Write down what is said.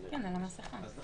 כן, על המסכה.